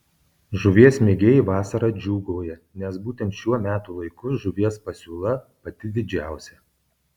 žuvies mėgėjai vasarą džiūgauja nes būtent šiuo metų laiku žuvies pasiūla pati didžiausia